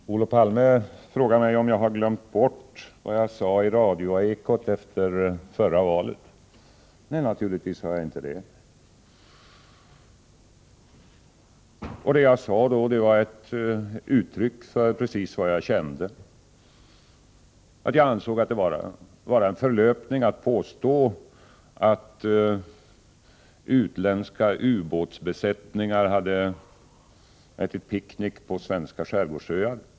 Fru talman! Olof Palme frågade mig om jag glömt bort vad jag sade i radions Eko efter förra valet. Naturligtvis har jag inte det. Det jag då sade var ett uttryck för precis vad jag kände, att jag ansåg att det var en förlöpning att påstå att utländska ubåtsbesättningar ätit picknick på svenska skärgårdsöar.